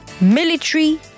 military